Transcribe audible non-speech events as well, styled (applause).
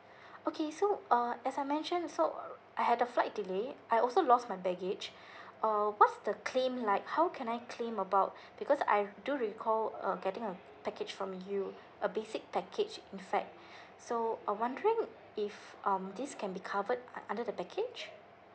okay so uh as I mention so I had the flight delay I also lost my baggage (breath) uh what's the claim like how can I claim about because I do recall um getting a package from you a basic package in fact so uh wondering if um this can be covered under the package